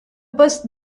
poste